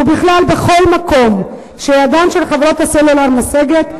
ובכלל בכל מקום שידן של חברות הסלולר משגת,